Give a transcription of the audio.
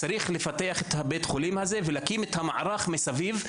צריך לפתח את בית החולים הזה ולהקים את המערך מסביב.